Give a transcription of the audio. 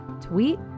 tweet